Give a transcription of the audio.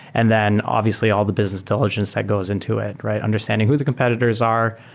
and then obviously all the business diligence that goes into it, right? understanding who the competitors are?